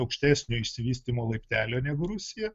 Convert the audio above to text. aukštesnio išsivystymo laiptelio negu rusija